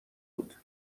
بود